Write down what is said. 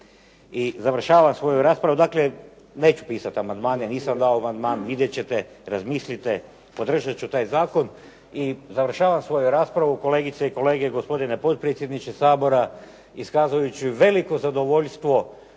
I završavam svoju raspravu. Dakle, neću pisati amandmane, nisam dao amandman. Vidjet ćete, razmislite. Podržat ću taj zakon. I završavam svoju raspravu, kolegice i kolege i gospodine potpredsjedniče Sabora, iskazujući veliko zadovoljstvo